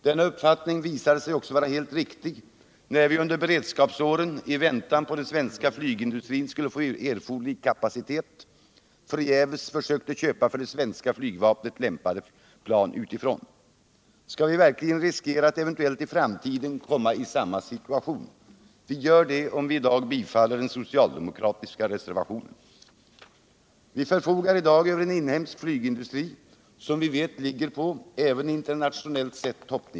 Denna uppfattning visade sig vara helt riktig, bl.a. när vi under beredskapsåren — i väntan på att den svenska flygindustrin skulle få erforderlig kapacitet — förgäves försökte köpa för det svenska flygvapnet lämpade plan utifrån. Skall vi verkligen riskera att i framtiden eventuellt komma i samma situation? Vi gör det, om vi nu bifaller den socialdemokratiska reservationen. Vi förfogar i dag över en inhemsk flygindustri, som vi vet ligger på toppnivå —-även internationellt sett.